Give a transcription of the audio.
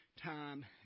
time